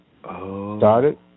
started